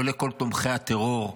לא לכל תומכי הטרור,